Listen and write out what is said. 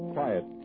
Quiet